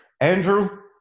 Andrew